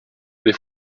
les